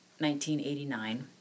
1989